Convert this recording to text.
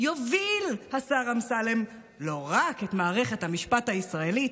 יוביל השר אמסלם לא רק את מערכת המשפט הישראלית,